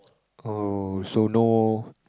oh so no